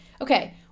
okay